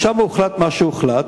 שם הוחלט מה שהוחלט,